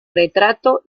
retrato